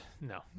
No